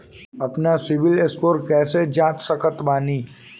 आपन CIBIL score कैसे जांच सकत बानी?